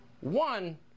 One